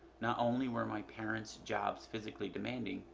not only were my parents' jobs physically demanding,